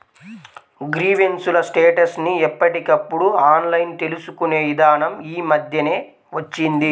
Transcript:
grievance ల status ని ఎప్పటికప్పుడు ఆన్లైన్ తెలుసుకునే ఇదానం యీ మద్దెనే వచ్చింది